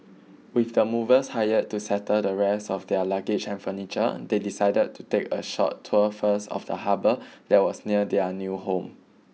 with the movers hired to settle the rest of their luggage and furniture they decided to take a short tour first of the harbor that was near their new home